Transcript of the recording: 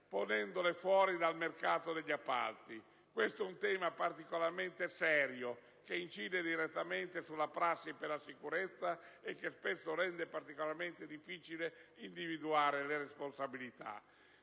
ponendole fuori dal mercato degli appalti. Si tratta di un tema particolarmente serio, che incide direttamente sulla prassi per la sicurezza e che spesso rende particolarmente difficile individuare le responsabilità.